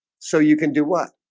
so you can do what?